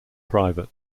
private